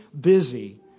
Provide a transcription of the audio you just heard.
busy